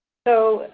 so,